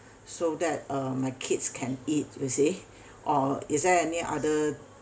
so that uh my kids can eat you see or is there any other